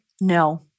no